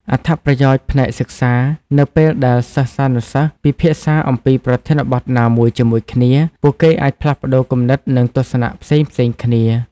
អត្ថប្រយោជន៍ផ្នែកសិក្សានៅពេលដែលសិស្សានុសិស្សពិភាក្សាអំពីប្រធានបទណាមួយជាមួយគ្នា ពួកគេអាចផ្លាស់ប្តូរគំនិត និងទស្សនៈផ្សេងៗគ្នា។